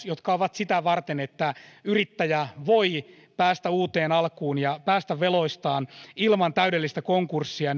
jotka ovat sitä varten että yrittäjä voi päästä uuteen alkuun ja päästä veloistaan ilman täydellistä konkurssia